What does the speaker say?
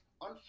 on